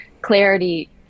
clarity